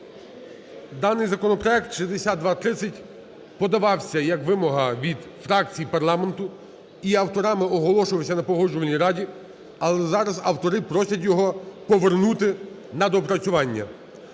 Даний законопроект 6230 подавався як вимога від фракцій парламенту і авторами оголошувався на Погоджувальній раді, але зараз автори просять його повернути на доопрацювання.